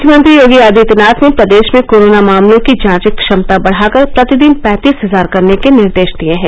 मुख्यमंत्री योगी आदित्यनाथ ने प्रदेश में कोरोना मामलों की जांच क्षमता बढ़ाकर प्रतिदिन पैंतीस हजार करने के निर्देश दिए हैं